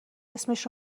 اسمش